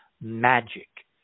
magic